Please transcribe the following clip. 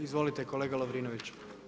Izvolite kolega Lovrinović.